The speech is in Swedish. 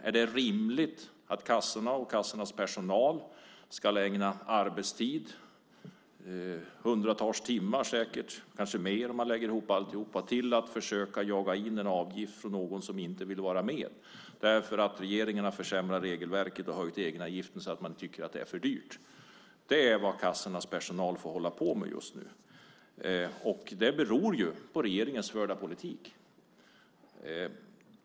Är det rimligt att kassorna och kassornas personal ska ägna arbetstid - säkert hundratals timmar, kanske mer om man lägger ihop allting - till att försöka jaga in en avgift från någon som inte vill vara med eftersom regeringen har försämrat regelverket och höjt egenavgiften så att man tycker att det är för dyrt? Det är vad kassornas personal får hålla på med just nu, och det beror ju på regeringens förda politik.